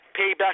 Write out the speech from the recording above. payback